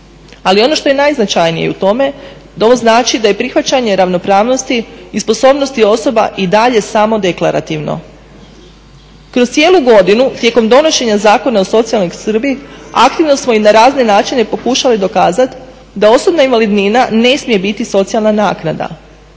Ali ono što je najznačajnije u tome to znači da je prihvaćanje ravnopravnosti i sposobnosti osoba i dalje samo deklarativno. Kroz cijelu godinu tijekom donošenja Zakona o socijalnoj skrbi aktivno smo i na razne načine pokušali dokazati da osobna invalidnina ne smije biti socijalna naknada.